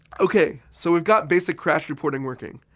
ok. so we've got basic crash reporting working.